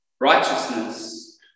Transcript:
Righteousness